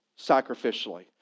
sacrificially